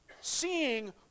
seeing